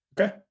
Okay